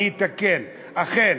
אני אתקן: אכן,